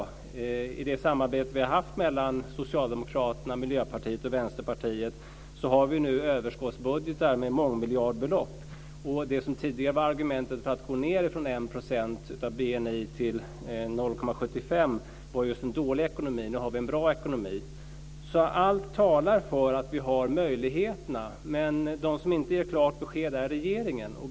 Genom det samarbete som vi har haft mellan Socialdemokraterna, Miljöpartiet och Vänsterpartiet har vi nu överskottsbudgetar med mångmiljardbelopp. Det som tidigare var argumentet för att gå ned från 1 % av BNI till 0,75 % var just den dåliga ekonomin. Nu har vi en god ekonomi. Allt talar alltså för att vi har möjligheterna. De som inte ger klart besked är regeringen.